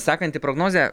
sekanti prognozė